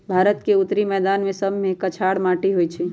भारत के उत्तरी मैदान सभमें कछार माटि होइ छइ